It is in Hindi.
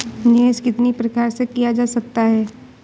निवेश कितनी प्रकार से किया जा सकता है?